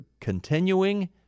continuing